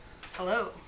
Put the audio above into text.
Hello